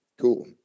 cool